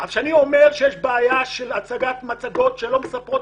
כשאני אומר שיש בעיה של הצגת מצגות שלא מספרות